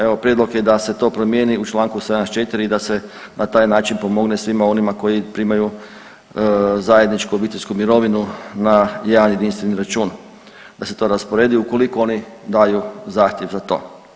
Evo, prijedlog je da se to promijeni u čl. 74 i da se na takav način pomogne svima onima koji primaju zajedničku obiteljsku mirovinu na jedan jedinstveni račun, da se to rasporedi ukoliko oni daju zahtjev za to.